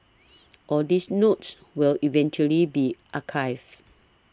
all these notes will eventually be archived